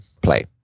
play